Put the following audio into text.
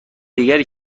دیگری